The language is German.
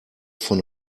von